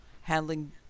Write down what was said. handling